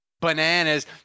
bananas